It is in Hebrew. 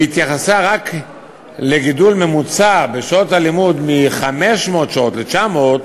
והיא התייחסה רק לגידול המוצע במספר שעות הלימוד מ-500 שעות ל-900,